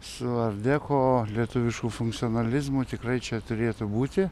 su art deco lietuvišku funkcionalizmu tikrai čia turėtų būti